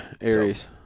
Aries